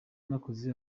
nakoze